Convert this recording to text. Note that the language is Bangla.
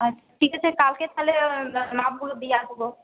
আচ্ছা ঠিক আছে কালকে তাহলে মাপগুলো দিয়ে আসব